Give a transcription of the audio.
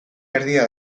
erdia